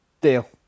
Deal